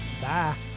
Bye